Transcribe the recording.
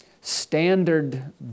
standard